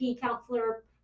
counselor